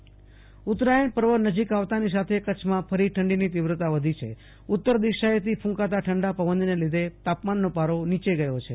આસુતોષ અંતાણી ઉત્તરાયણ પર્વ નજીક આવતાની સાથે કરછમાં ફરી ઠંડીની તીવ્રતા વધી છે ઉત્તર દિશાએ ક્રકાતા ઠેડા પવનને લીધે તાપમાનનો પારો ન્રીચે ગયો છે